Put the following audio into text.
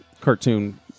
cartoon